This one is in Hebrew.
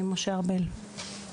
משה ארבל.